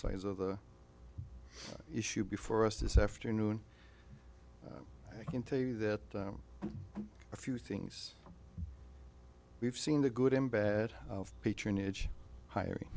sides of the issue before us this afternoon i can tell you that a few things we've seen the good and bad of patronage hiring